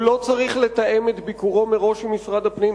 הוא לא צריך לתאם את ביקורו מראש עם משרד הפנים.